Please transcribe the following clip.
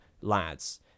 lads